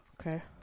Okay